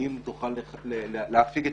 האם תוכל להפיג את